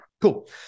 Cool